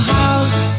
house